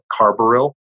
carbaryl